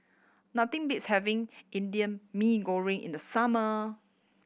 nothing beats having Indian Mee Goreng in the summer